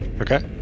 Okay